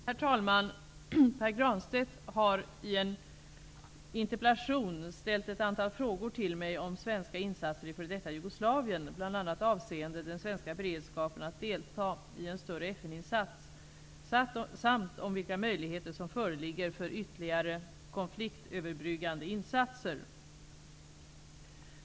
Herr talman! Pär Granstedt har i en interpellation ställt ett antal frågor till mig om svenska insatser i f.d. Jugoslavien, bl.a. avseende den svenska beredskapen att delta i en större FN-insats samt om vilka möjligheter som föreligger för ytterligare konfliktöverbryggande insatser.